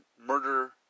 murder